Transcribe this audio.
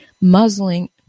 muzzling